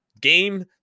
Game